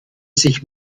sich